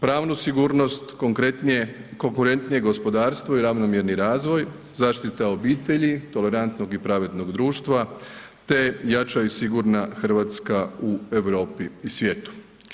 Pravnu sigurnost, konkurentnije gospodarstvo i ravnomjerni razvoj, zaštita obitelji, tolerantnog i pravednog društva te jača i sigurna Hrvatska u Europi i svijetu.